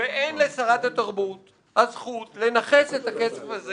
ואין לשרת התרבות הזכות לנכס את הכסף הזה